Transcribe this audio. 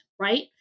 right